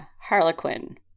Harlequin